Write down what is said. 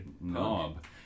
knob